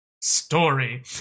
story